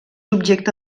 objecte